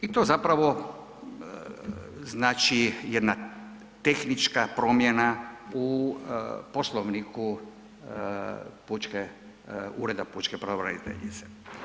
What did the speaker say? I to zapravo znači jedna tehnička promjena u poslovniku Ureda pučke pravobraniteljice.